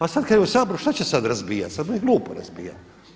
A sada kada je u Saboru šta će sada razbijati, sada mu je glupo razbijati.